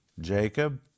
Jacob